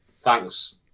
Thanks